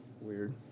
Weird